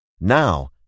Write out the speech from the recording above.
Now